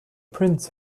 prince